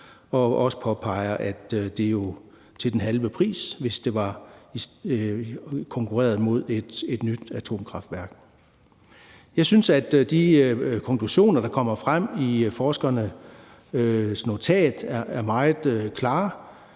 også, at det jo er til den halve pris holdt op imod et nyt atomkraftværk. Jeg synes, at de konklusioner, der kommer frem i forskernes notat, er meget klare,